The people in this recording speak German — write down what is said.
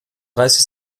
dreißig